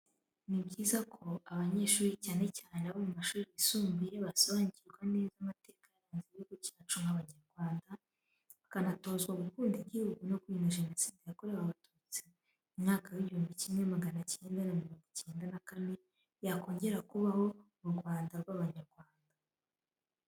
Ni byiza ko abanyeshuri, cyane cyane abo mu mashuri yisumbuye, basobanurirwa neza amateka yaranze igihugu cyacu nk’Abanyarwanda, bakanatozwa gukunda igihugu no kwirinda ko Jenoside yakorewe Abatutsi mu mwaka w’ igihumbi kimwe magana cyenda na mirongo icyenda na kane yakongera kubaho mu Rwanda rw’Abanyarwanda.